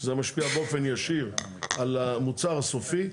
שזה משפיע באופן ישיר על המוצר הסופי,